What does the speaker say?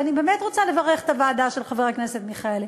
ואני באמת רוצה לברך את הוועדה של חבר הכנסת מיכאלי,